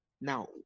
Now